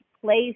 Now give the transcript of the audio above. place